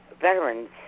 Veterans